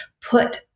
put